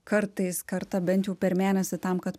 kartais kartą bent jau per mėnesį tam kad